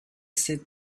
said